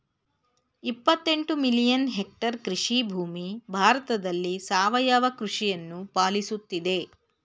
ಇಪ್ಪತ್ತೆಂಟು million hectare ಕೃಷಿಭೂಮಿ ಭಾರತದಲ್ಲಿ ಸಾವಯವ ಕೃಷಿಯನ್ನು ಪಾಲಿಸುತ್ತಿದೆ